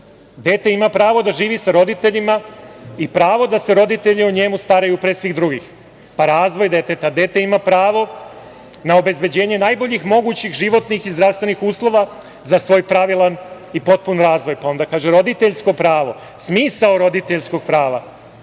Dete ima pravo da živi sa roditeljima i pravo da se roditelji o njemu staraju pre svih drugih. Pa, razvoj deteta – dete ima pravo na obezbeđenje najboljih mogućih životnih i zdravstvenih uslova za svoj pravilan i potpun razvoj. Onda kaže – roditeljsko pravo, smisao roditeljskog prava: